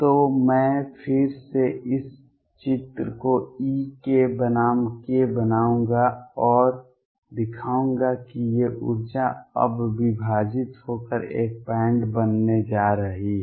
तो मैं फिर से इस चित्र को E बनाम k बनाऊंगा और दिखाऊंगा कि ये ऊर्जा अब विभाजित होकर एक बैंड बनाने जा रही है